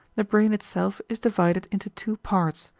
the brain itself is divided into two parts,